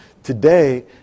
Today